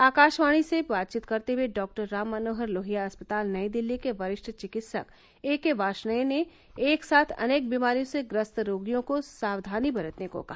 आकाशवाणी से बातचीत करते हुए डॉक्टर राम मनोहर लोहिया अस्पातल नई दिल्ली के वरिष्ठ चिकित्सक एके वार्षणेय ने एक साथ अनेक बीमारियों से ग्रस्त रोगियों को सावधानी बरतने को कहा